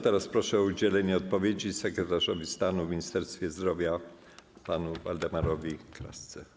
Teraz proszę o udzielenie odpowiedzi sekretarza stanu w Ministerstwie Zdrowia pana Waldemara Kraskę.